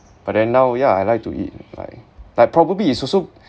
but then now yeah I like to eat like but probably is also